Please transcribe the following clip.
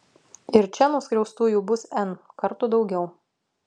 ir čia nuskriaustųjų bus n kartų daugiau